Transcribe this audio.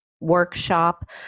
workshop